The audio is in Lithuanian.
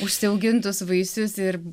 užsiaugintus vaisius ir